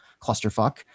clusterfuck